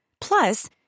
Plus